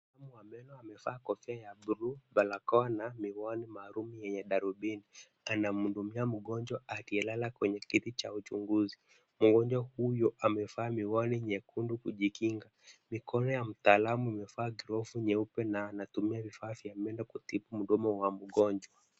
Mhudumu wa meno amevaa kofia ya buluu, barakoa na miwani maalum ya darubini. Anamhudumia mgonjwa aliyelala kwenye kiti cha uchunguzi. Mgonjwa huyo amevaa miwani nyekundu kujikinga. Mikono ya mtaalamu imevaa glovu nyeupe na anatumia vifaa meno kutibu mdomo wa mgonjwa.